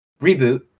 reboot